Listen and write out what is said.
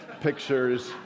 pictures